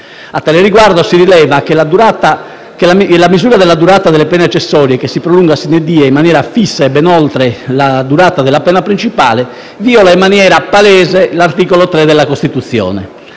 A tale riguardo, si rileva che la misura della durata delle pene accessorie che si prolunga *sine die* in maniera fissa e ben oltre la durata della pena principale, viola in maniera palese l'articolo 3 della Costituzione,